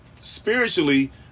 spiritually